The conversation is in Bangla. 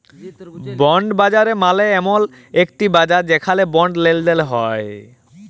বন্ড বাজার মালে এমল একটি বাজার যেখালে বন্ড লেলদেল হ্য়েয়